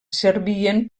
servien